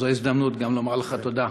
זו הזדמנות גם לומר לך תודה.